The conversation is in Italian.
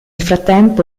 frattempo